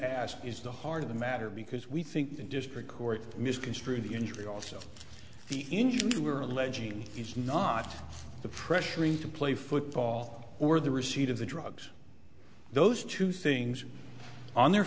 asked is the heart of the matter because we think the district court misconstrued the injury also the injured were alleging is not the pressuring to play football or the receipt of the drugs those two things on their